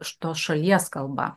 šitos šalies kalba